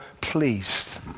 pleased